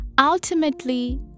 ultimately